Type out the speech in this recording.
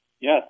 Yes